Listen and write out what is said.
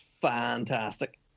fantastic